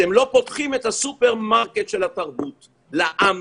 אתם פותחים את הסופר מרקט של התרבות עבור העם